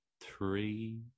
three